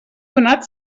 donat